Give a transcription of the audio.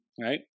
right